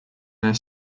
their